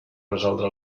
resoldre